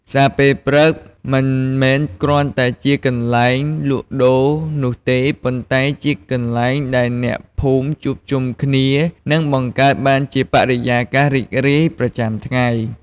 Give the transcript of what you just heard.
ផ្សារពេលព្រឹកមិនមែនគ្រាន់តែជាកន្លែងលក់ដូរនោះទេ ប៉ុន្តែជាទីកន្លែងដែលអ្នកភូមិជួបជុំគ្នា និងបង្កើតបានជាបរិយាកាសរីករាយប្រចាំថ្ងៃ។